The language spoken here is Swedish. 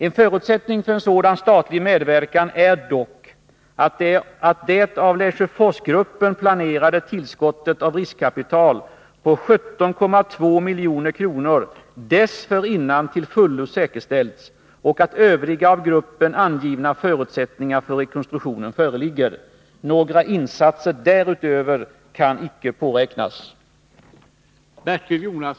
En förutsättning för en sådan statlig medverkan är dock att det av Lesjöforsgruppen planerade och att övriga av gruppen angivna förutsättningar för rekonstruktionen föreligger. Några insatser därutöver kan icke påräknas.